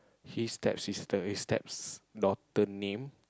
his step sister his steps daughter name